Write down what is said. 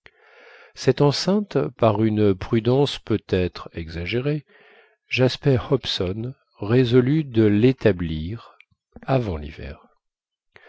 cette enceinte par une prudence peut-être exagérée jasper hobson résolut de l'établir avant l'hiver